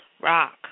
rock